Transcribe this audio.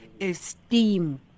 esteem